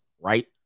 right